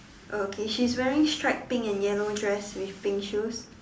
okay she's wearing striped pink and yellow dress with pink shoes